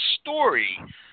story